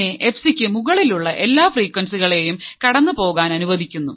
പിന്നെ എഫ്സിക്ക് മുകളിലുള്ള എല്ലാ ഫ്രീക്വൻസികളെയും കടന്നുപോകാൻ അനുവദിക്കുന്നു